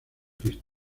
cristo